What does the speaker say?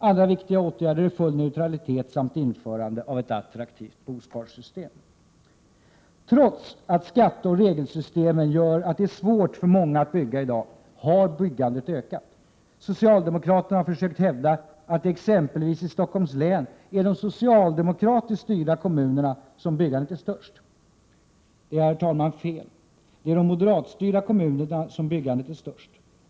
Andra viktiga åtgärder är full neutralitet samt införande av ett attraktivt bosparsystem. Trots att skatteoch regelsystemen gör att det är svårt för många att bygga i dag har byggandet ökat. Socialdemokraterna har försökt hävda att det exempelvis i Stockholms län är i de socialdemokratiskt styrda kommunerna som byggandet är störst. Det är fel, herr talman. Det är i de moderatstyrda kommunerna som byggandet är störst.